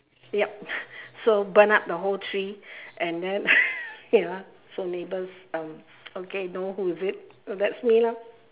yup so burned up the whole tree and then ya so neighbours um okay know who is it that's me lah